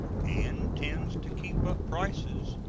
and tends to keep up prices,